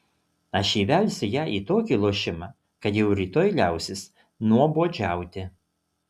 aš įvelsiu ją į tokį lošimą kad jau rytoj liausis nuobodžiauti